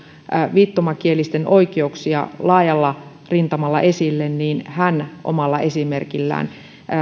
viittomakielisten oikeuksia laajalla rintamalla esille niin hän omalla esimerkillään